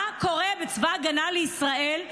מה קורה בצבא ההגנה לישראל?